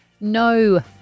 no